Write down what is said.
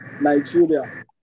Nigeria